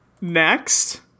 Next